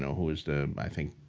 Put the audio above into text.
who is the i think,